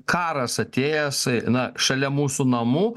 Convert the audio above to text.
karas atėjęs na šalia mūsų namų